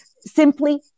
simply